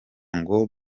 ngo